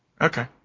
Okay